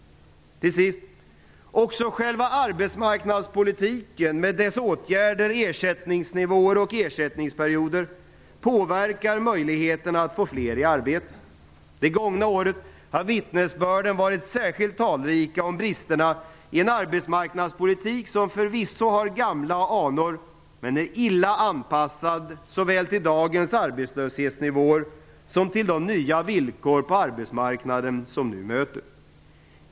Till sist: Också själva arbetsmarknadspolitiken, med dess åtgärder, ersättningsnivåer och ersättningsperioder, påverkar möjligheterna att få fler i arbete. Det gångna året har vittnesbörden varit särskilt talrik om bristerna i en arbetsmarknadspolitik som förvisso har gamla anor men som är illa anpassad såväl till dagens arbetslöshetsnivåer som till nya villkor på arbetsmarknaden som vi möter.